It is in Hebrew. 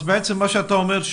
אז בעצם מה שאתה אומר,